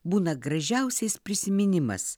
būna gražiausiais prisiminimas